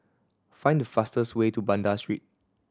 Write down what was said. find the fastest way to Banda Street